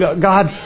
God